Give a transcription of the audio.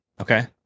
Okay